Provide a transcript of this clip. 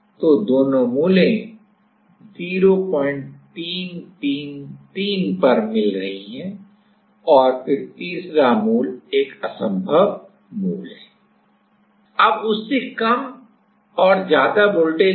तो दोनों मूलें 0333 पर मिल रहा है और फिर तीसरा मूल एक असंभव मूल है अब उससे कम और ज्यादा वोल्टेज लो